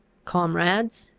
comrades,